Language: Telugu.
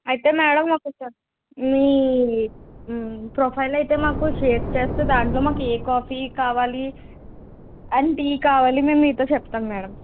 అయితే మేడం ఒకటి మీ ప్రొఫైల్ అయితే మాకు షేర్ చేస్తే దానిలో మాకు ఏ కాఫీ కావాలి అండ్ టీ కావాలి మేం మీతో చెప్తాము మేడం